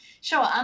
Sure